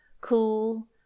cool